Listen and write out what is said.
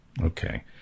Okay